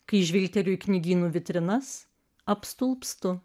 kai žvilgteliu į knygynų vitrinas apstulbstu